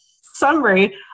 summary